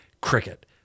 cricket